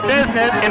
Business